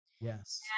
Yes